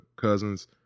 cousins